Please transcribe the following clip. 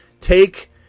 take